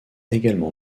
également